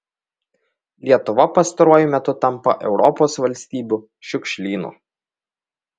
lietuva pastaruoju metu tampa europos valstybių šiukšlynu